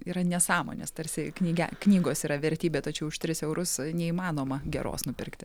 yra nesąmonės tarsi knyge knygos yra vertybė tačiau už tris eurus neįmanoma geros nupirkti